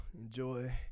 enjoy